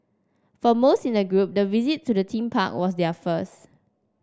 for most in the group the visit to the theme park was their first